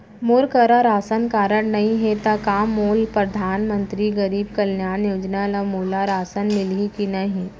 मोर करा ration card नहीं है त का मोल परधानमंतरी गरीब कल्याण योजना ल मोला राशन मिलही कि नहीं?